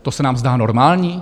To se nám zdá normální?